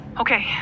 Okay